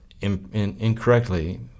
incorrectly